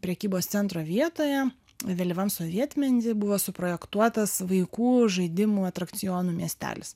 prekybos centro vietoje vėlyvam sovietmety buvo suprojektuotas vaikų žaidimų atrakcionų miestelis